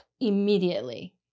immediately